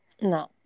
no